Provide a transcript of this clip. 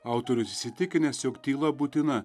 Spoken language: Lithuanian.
autorius įsitikinęs jog tyla būtina